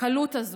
הקלות הזו,